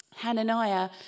Hananiah